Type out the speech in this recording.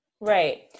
Right